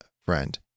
friend